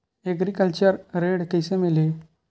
Agriculture ऋण कइसे मिलही?